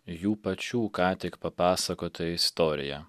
jų pačių ką tik papasakotą istoriją